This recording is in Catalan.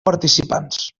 participants